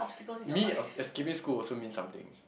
me es~ escaping school also mean something